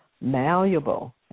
malleable